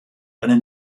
eine